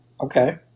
Okay